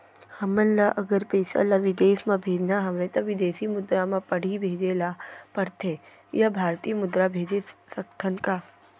हमन ला अगर पइसा ला विदेश म भेजना हवय त विदेशी मुद्रा म पड़ही भेजे ला पड़थे या भारतीय मुद्रा भेज सकथन का?